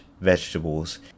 vegetables